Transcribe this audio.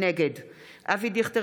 נגד אבי דיכטר,